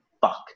fuck